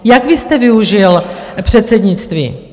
Jak vy jste využil předsednictví?